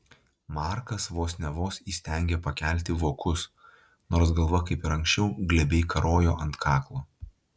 markas vos ne vos įstengė pakelti vokus nors galva kaip ir anksčiau glebiai karojo ant kaklo